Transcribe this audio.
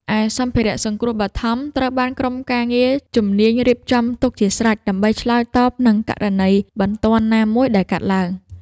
ឯសម្ភារៈសង្គ្រោះបឋមត្រូវបានក្រុមការងារជំនាញរៀបចំទុកជាស្រេច ដើម្បីឆ្លើយតបនឹងករណីបន្ទាន់ណាមួយដែលកើតឡើង។